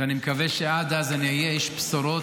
ואני מקווה שעד אז אני אהיה איש בשורות